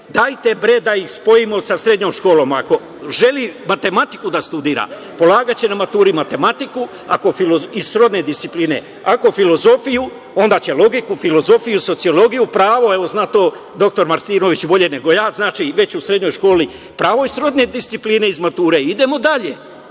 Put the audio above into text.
dajte bre, da ih spojimo sa srednjom školom. Ako žele matematiku da studiraju polagaće na maturi matematiku i srodne discipline, ako filozofiju onda će logiku, filozofiju, sociologiju, pravo, evo, zna to dr Martinović bolje nego ja. Znači, već u srednjoj školi pravo i srodne discipline iz mature. Idemo dalje,